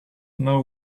know